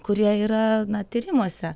kurie yra tyrimuose